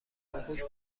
باهوش